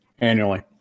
annually